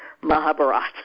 Mahabharata